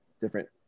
different